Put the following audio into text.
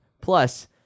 Plus